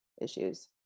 issues